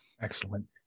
Excellent